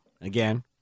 again